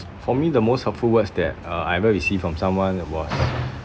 for me the most hurtful words that uh I ever received from someone was